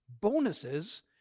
bonuses